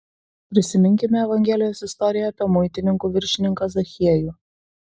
prisiminkime evangelijos istoriją apie muitininkų viršininką zachiejų